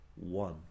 one